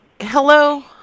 Hello